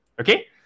Okay